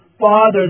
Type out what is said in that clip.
father